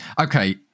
okay